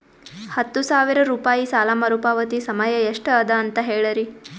ಹತ್ತು ಸಾವಿರ ರೂಪಾಯಿ ಸಾಲ ಮರುಪಾವತಿ ಸಮಯ ಎಷ್ಟ ಅದ ಅಂತ ಹೇಳರಿ?